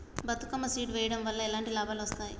Bathukamma seed వెయ్యడం వల్ల ఎలాంటి లాభాలు వస్తాయి?